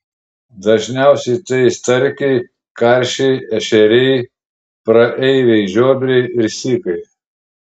dažniausiai tai starkiai karšiai ešeriai praeiviai žiobriai ir sykai